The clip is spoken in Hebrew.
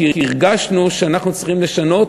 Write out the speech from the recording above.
כי הרגשנו שאנחנו צריכים לשנות,